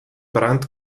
brand